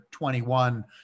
21